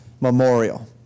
memorial